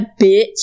bitch